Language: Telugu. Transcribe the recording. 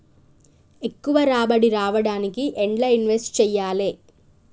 ఎక్కువ రాబడి రావడానికి ఎండ్ల ఇన్వెస్ట్ చేయాలే?